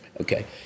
Okay